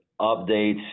updates